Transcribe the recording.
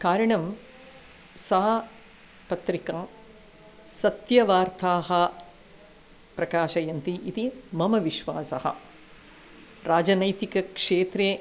कारणं सा पत्रिका सत्यवार्ताः प्रकाशयन्ति इति मम विश्वासः राजनैतिकक्षेत्रे